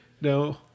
no